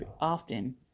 often